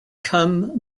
come